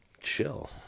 chill